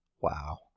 Wow